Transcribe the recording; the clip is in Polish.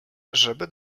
żeby